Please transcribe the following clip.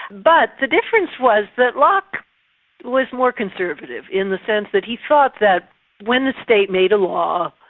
but the difference was that locke was more conservative in the sense that he thought that when the state made a law,